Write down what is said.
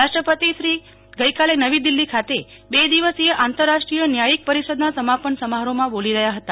રાષ્ટ્રપતિ શ્રી આજે નવી દિલ્હી ખાતે બે દિવસીય આંતરરાષ્ટ્રીય ન્યાયિક પરીષદના સમાપન સમારોહમાં બોલી રહ્યાં હતા